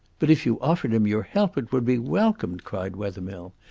but if you offered him your help it would be welcomed, cried wethermill.